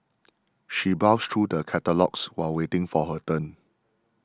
she browsed through the catalogues while waiting for her turn